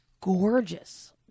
gorgeous